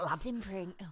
simpering